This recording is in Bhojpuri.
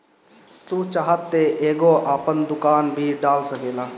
तू चाहत तअ एगो आपन दुकान भी डाल सकेला